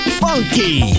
funky